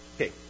Okay